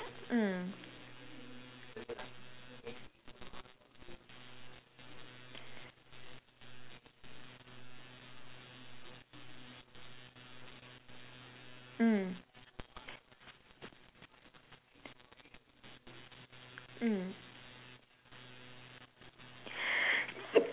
mm mm